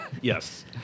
Yes